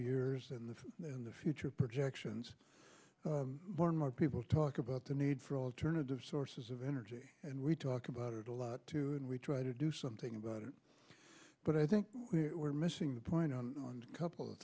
years in the in the future projections and more people talk about the need for alternative sources of energy and we talk about it a lot too and we try to do something about it but i think we are missing the point on a couple of